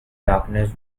darkness